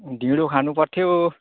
ढिँडो खानुपर्थ्यो